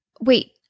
Wait